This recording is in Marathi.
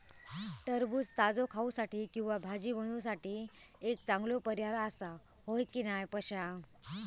टरबूज ताजो खाऊसाठी किंवा भाजी बनवूसाठी एक चांगलो पर्याय आसा, होय की नाय पश्या?